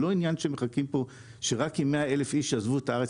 זה לא עניין שמחכים שרק אם 100,000 איש יעזבו את הארץ,